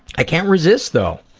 i can't resist though.